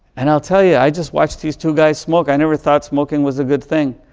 and i'll tell you, i just watched this two guys smoke, i never thought smoking was a good thing,